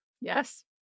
Yes